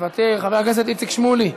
מוותר, חבר הכנסת איציק שמולי,